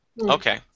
Okay